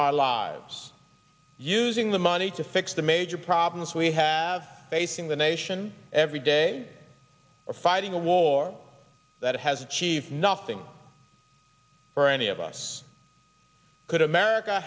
our lives using the money to fix the major problems we have facing the nation every day fighting a war that has achieved nothing for any of us could america